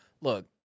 look